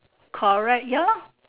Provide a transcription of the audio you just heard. correct ya lor